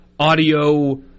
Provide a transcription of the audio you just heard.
audio